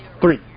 Three